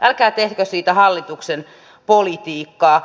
älkää tehkö siitä hallituksen politiikkaa